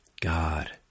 God